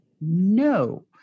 no